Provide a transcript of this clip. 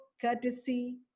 courtesy